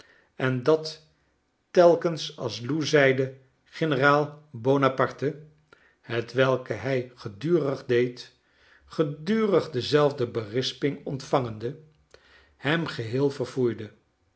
en dat telkens als lou zeide generaal buonaparte hetwelk hij gedurig deed gedurig dezelfde berisping ontvangende hem geheel verfoeide